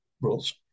rules